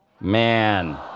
Man